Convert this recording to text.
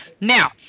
Now